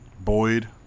Boyd